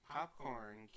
popcorn